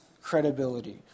credibility